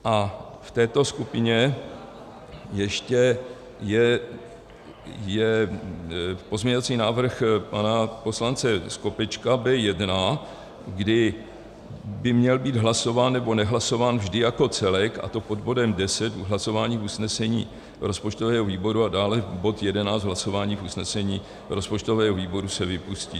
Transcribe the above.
A v této skupině ještě je pozměňovací návrh pana poslance Skopečka B1, kdy by měl být hlasován, nebo nehlasován vždy jako celek, a to pod bodem 10 u hlasování usnesení rozpočtového výboru, a dále bod 11 hlasování v usnesení rozpočtového výboru se vypustí.